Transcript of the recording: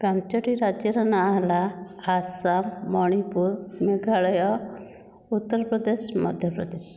ପାଞ୍ଚଟି ରାଜ୍ୟର ନାଁ ହେଲା ଆସାମ ମଣିପୁର ମେଘାଳୟ ଉତ୍ତରପ୍ରଦେଶ ମଧ୍ୟପ୍ରଦେଶ